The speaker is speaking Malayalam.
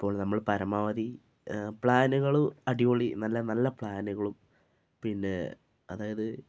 അപ്പോൾ നമ്മൾ പരമാവധി പ്ലാനുകൾ അടിപൊളി നല്ല നല്ല പ്ലാനുകളും പിന്നെ അതായത്